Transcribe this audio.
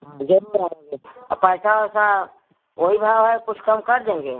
हाँ ज़रूर आऍंगे पैसा वैसा वही भाव है कुछ कम कर देंगे